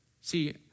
See